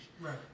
Right